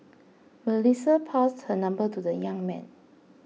Melissa passed her number to the young man